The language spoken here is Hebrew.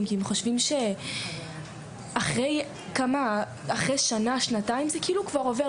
כי הם חושבים שאחרי שנה-שנתיים זה כאילו כבר עובר,